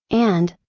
and,